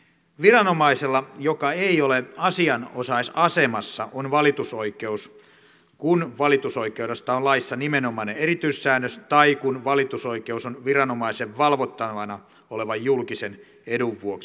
viranomaisella joka ei ole asianosaisasemassa on valitusoikeus kun valitusoikeudesta on laissa nimenomainen erityissäännös tai kun valitusoikeus on viranomaisen valvottavana olevan julkisen edun vuoksi tarpeen